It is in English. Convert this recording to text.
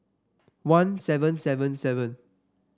one seven seven seven